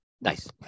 Nice